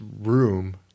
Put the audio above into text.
room